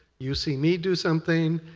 you see me do something,